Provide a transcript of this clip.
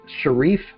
Sharif